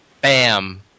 Bam